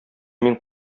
мин